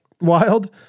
wild